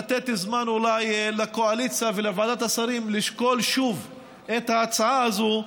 לתת זמן לקואליציה ולוועדות השרים לשקול שוב את ההצעה הזאת,